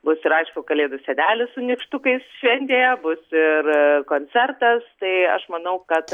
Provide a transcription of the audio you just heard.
bus ir aišku kalėdų senelis su nykštukais šventėje bus ir koncertas tai aš manau kad